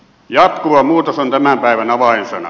jatkuva muutos on tämän päivän avainsana